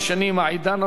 העידן הנוכחי,